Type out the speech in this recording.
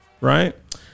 Right